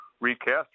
recast